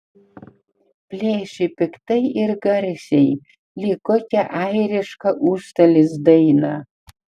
plėšė piktai ir garsiai lyg kokią airišką užstalės dainą